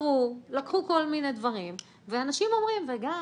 לקחו כל מיני דברים ואנשים אומרים וגם